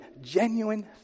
genuine